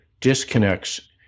disconnects